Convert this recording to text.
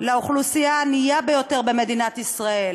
לאוכלוסייה הענייה ביותר במדינת ישראל,